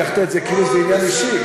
לקחת את זה כאילו זה עניין אישי.